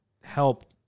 help